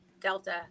delta